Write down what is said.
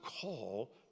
call